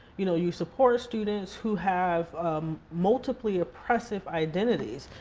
you know you support students who have multiply oppressive identities.